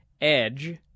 Edge